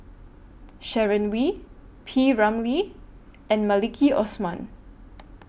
Sharon Wee P Ramlee and Maliki Osman